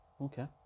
Okay